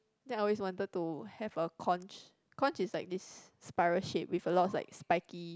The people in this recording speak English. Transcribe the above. then I always wanted to have a conch conch is like this spiral shape with a lot of like spiky